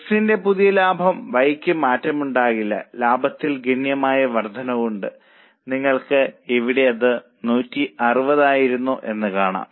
X ന്റെ പുതിയ ലാഭം Y യ്ക്ക് മാറ്റമുണ്ടാകില്ല ലാഭത്തിൽ ഗണ്യമായ വർദ്ധനവുണ്ട് നിങ്ങൾക്ക് ഇവിടെ അത് 160 ആയിരുന്നു എന്ന് കാണാം